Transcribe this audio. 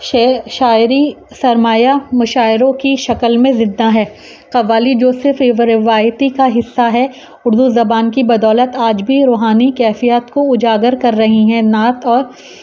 ش شاعری سرمایہ مشاعروں کی شکل میں زدہ ہے قوالی جو صرف روایتی کا حصہ ہے اردو زبان کی بدولت آج بھی روحانی کیفیات کو اجاگر کر رہی ہیں نعت اور